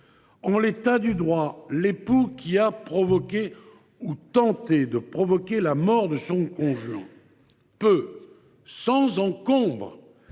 En l’état du droit, l’époux qui a provoqué ou tenté de provoquer la mort de son conjoint peut, sans encombre,